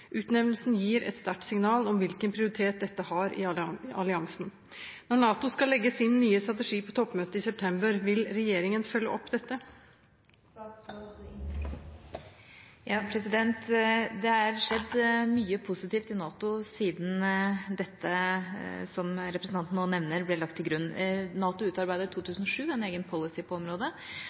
Utnevnelsen gir et sterkt signal om hvilken prioritet dette har i alliansen. Når NATO skal legge sin nye strategi på toppmøtet i september, vil regjeringen følge opp dette?» Det er skjedd mye positivt i NATO siden det representanten nå nevner, ble lagt til grunn. NATO utarbeidet i 2007 en egen policy på området